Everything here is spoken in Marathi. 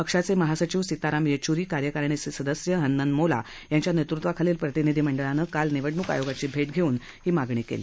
पक्षाचे महासचिव सिताराम येच्चुरी कार्यकारिणी मंडळाचे सदस्य हन्नन मोला यांच्या नेतृत्वाखालील प्रतिनिधी मंडळानं काल निवडणूक आयोगाची भेट घेतली